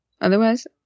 Otherwise